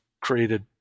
created